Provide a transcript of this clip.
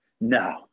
No